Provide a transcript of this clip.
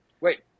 Wait